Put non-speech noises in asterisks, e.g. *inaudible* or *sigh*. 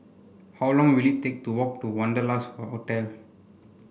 how long will it take to walk to Wanderlust *unintelligible* Hotel